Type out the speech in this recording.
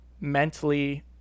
mentally